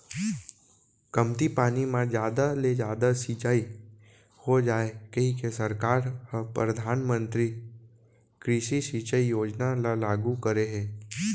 कमती पानी म जादा ले जादा सिंचई हो जाए कहिके सरकार ह परधानमंतरी कृषि सिंचई योजना ल लागू करे हे